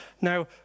Now